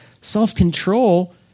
Self-control